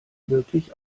wirklich